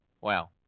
Wow